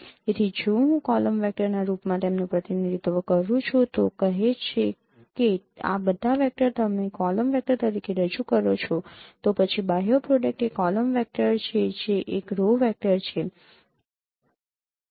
તેથી જો હું કોલમ વેક્ટરના રૂપમાં તેમનું પ્રતિનિધિત્વ કરું છું તો કહે છે કે આ બધા વેક્ટર તમે કોલમ વેક્ટર તરીકે રજૂ કરી શકો છો તો પછીનું બાહ્ય પ્રોડક્ટ એ કોલમ વેક્ટર છે જે એક રો વેક્ટર છે